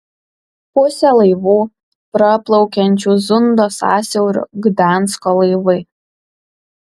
pusė laivų praplaukiančių zundo sąsiauriu gdansko laivai